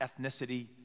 ethnicity